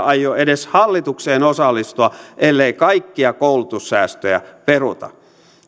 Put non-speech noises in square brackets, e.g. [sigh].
[unintelligible] aio edes hallitukseen osallistua ellei kaikkia koulutussäästöjä peruta